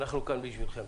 אנחנו כאן בשבילכם.